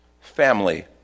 Family